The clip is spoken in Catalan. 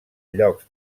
llocs